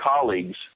colleagues